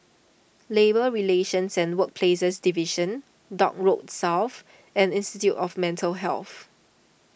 Labour Relations and Workplaces Division Dock Road South and Institute of Mental Health